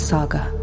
Saga